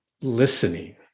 listening